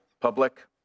public